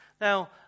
Now